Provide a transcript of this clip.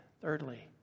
Thirdly